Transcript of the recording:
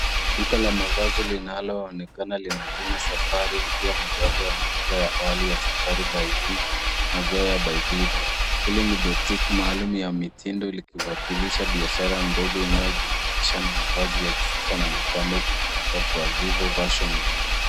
Duka la mavazi linaloonekana lina jina Safari, likiwa mojawapo ya maduka ya awali ya Safari By Vivo na Zoya By Vivo. Hili ni boutique maalum ya mitindo likiwakilisha biashara ndogo inayojihusisha na mavazi ya kisasa na mapambo kutoka kwa Vivo Fashion Group.